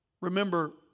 Remember